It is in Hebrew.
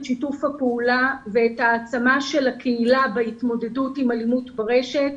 שיתוף הפעולה ואת העצמת הקהילה בהתמודדות עם אלימות ברשת.